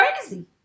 crazy